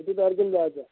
किती तारखेला जायचं आहे